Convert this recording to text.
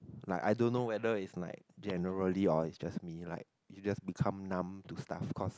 like I don't know whether is like generally or is just me like it's just become numb to stuff because